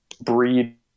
breed